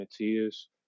Matias